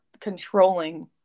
controlling